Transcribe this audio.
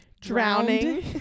Drowning